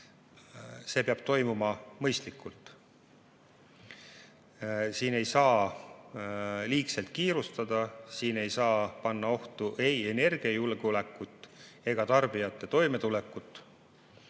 see peab toimuma mõistlikult. Siin ei saa liigselt kiirustada, siin ei saa panna ohtu ei energiajulgeolekut ega tarbijate toimetulekut.